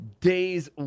days